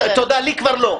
לי כבר לא.